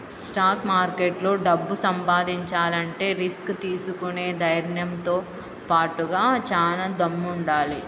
stock మార్కెట్లో డబ్బు సంపాదించాలంటే రిస్క్ తీసుకునే ధైర్నంతో బాటుగా చానా దమ్ముండాలి